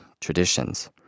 traditions